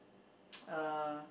uh